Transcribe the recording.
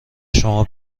شما